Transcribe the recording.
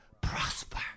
prosper